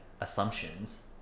assumptions